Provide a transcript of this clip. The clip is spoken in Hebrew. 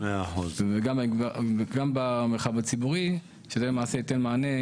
וגם במרחב הציבורי שזה למעשה ייתן מענה